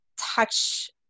touch